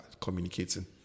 communicating